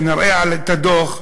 כשנראה את הדוח,